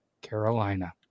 carolina